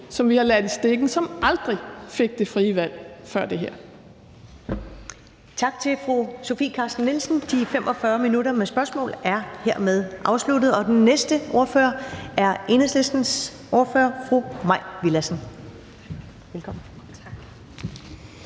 som vi har ladt i stikken, og som aldrig fik det frie valg før det her.